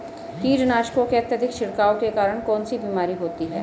कीटनाशकों के अत्यधिक छिड़काव के कारण कौन सी बीमारी होती है?